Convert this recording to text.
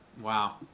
Wow